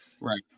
Right